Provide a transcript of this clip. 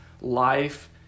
life